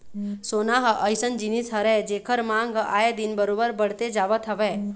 सोना ह अइसन जिनिस हरय जेखर मांग ह आए दिन बरोबर बड़ते जावत हवय